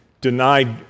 denied